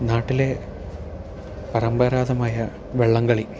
നാട്ടിലെ പരമ്പരാഗതമായ വള്ളംകളി